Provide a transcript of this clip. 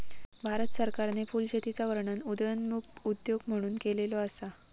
भारत सरकारने फुलशेतीचा वर्णन उदयोन्मुख उद्योग म्हणून केलेलो असा